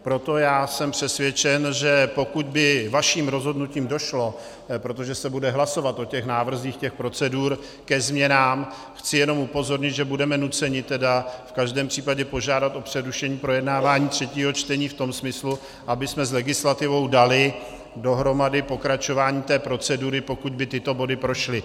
Proto jsem přesvědčen, že pokud by vaším rozhodnutím došlo protože se bude hlasovat o návrzích těch procedur ke změnám, chci jenom upozornit, že budeme nuceni v každém případě požádat o přerušení projednávání třetího čtení v tom smyslu, abychom s legislativou dali dohromady pokračování té procedury, pokud by tyto body prošly.